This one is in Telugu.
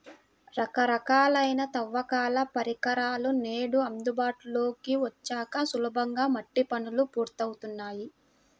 రకరకాలైన తవ్వకాల పరికరాలు నేడు అందుబాటులోకి వచ్చాక సులభంగా మట్టి పనులు పూర్తవుతున్నాయి